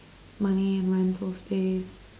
money and rental space